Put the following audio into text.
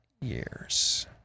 years